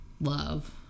love